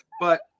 But-